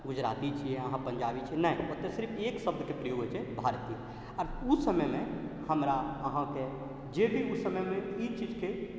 गुजराती छिए अहाँ पञ्जाबी छिए नहि ओतऽ सिर्फ एक शब्दके प्रयोग होइ छै भारतीय आओर ओहि समयमे हमरा अहाँके जे भी ओहि समयमे ई चीजके